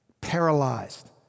paralyzed